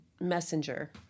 Messenger